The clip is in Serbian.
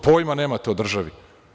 Pojma nemate o državi.